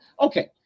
Okay